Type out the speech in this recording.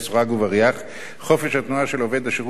חופש התנועה של עובד השירות מוגבל מן הסתם פחות